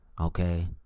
Okay